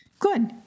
Good